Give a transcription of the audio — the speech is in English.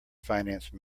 finance